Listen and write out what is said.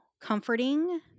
comforting